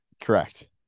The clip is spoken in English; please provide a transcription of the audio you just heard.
Correct